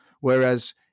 Whereas